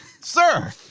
Sir